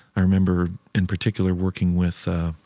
i remember in particular working with ah